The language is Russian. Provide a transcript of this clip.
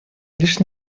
лишь